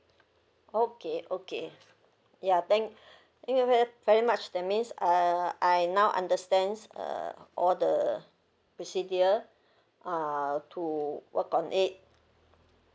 okay okay ya thank thank you very very much that means uh I now understands uh all the procedure uh to work on it